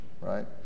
right